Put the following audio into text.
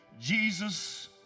Jesus